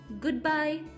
goodbye